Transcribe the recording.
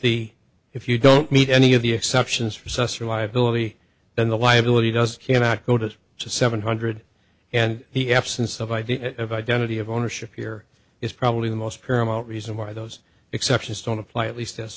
the if you don't meet any of the exceptions for such reliability then the liability does cannot go to seven hundred and he absence of idea of identity of ownership here is probably the most paramount reason why those exceptions don't apply at least